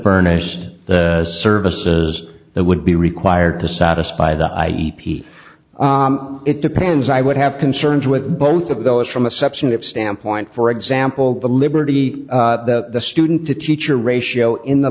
furnished the services that would be required to satisfy the e p it depends i would have concerns with both of those from a substantive standpoint for example the liberty the student to teacher ratio in the